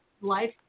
life